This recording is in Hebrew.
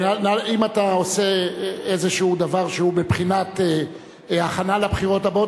אם אתה עושה איזה דבר שהוא בבחינת הכנה לבחירות הבאות,